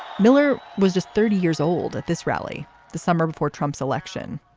miller was just thirty years old at this rally the summer before trump's election.